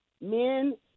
Men